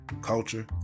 culture